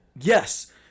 Yes